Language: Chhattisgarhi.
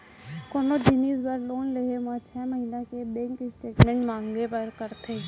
कोनो जिनिस बर लोन लेहे म छै महिना के बेंक स्टेटमेंट मांगबे करथे